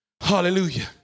Hallelujah